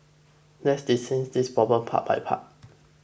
let's dissect this problem part by part